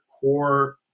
core